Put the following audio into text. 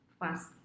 fast